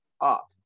up